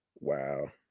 wow